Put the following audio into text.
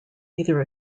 either